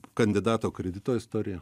kandidato kredito istorija